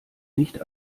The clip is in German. nicht